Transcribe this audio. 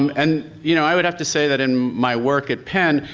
um and, you know, i would have to say that in my work at pen,